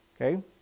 Okay